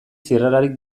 zirrararik